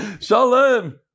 Shalom